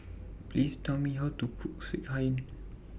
Please Tell Me How to Cook Sekihan